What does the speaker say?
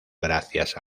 gracias